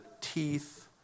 teeth